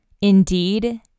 Indeed